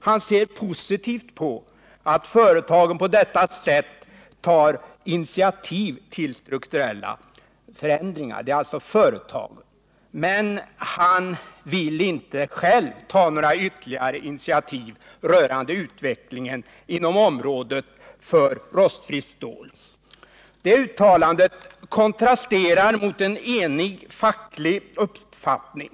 Han ser positivt på att företagen på detta sätt tar initiativ till strukturella förändringar, men han vill inte själv ta några ytterligare initiativ rörande utvecklingen inom området för rostfritt stål. Detta uttalande kontrasterar mot en enig facklig uppfattning.